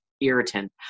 Irritant